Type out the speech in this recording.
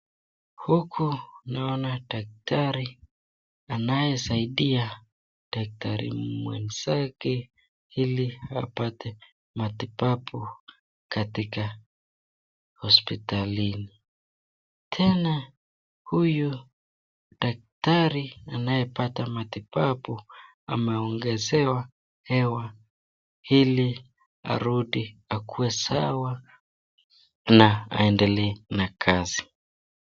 Huku naona daktari anayesaidia daktari mwenzake ili apate matibabu katika hosipitalini, tena huyu daktari anaye pata matibabu ameongezewa hewa ili arudi akuwe sawa na aendelee na kazi.